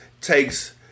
takes